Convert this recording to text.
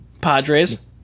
Padres